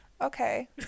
Okay